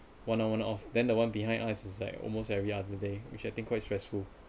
one on one off then the one behind us is like almost every other day which I think quite stressful